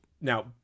now